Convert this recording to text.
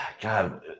God